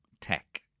tech